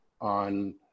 on